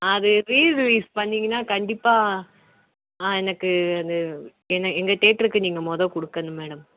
அது ரீரிலீஸ் பண்ணிங்கன்னா கண்டிப்பாக எனக்கு அது எங்கள் எங்கள் தேட்ருக்கு நீங்கள் முத கொடுக்கணும் மேடம்